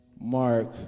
Mark